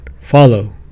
follow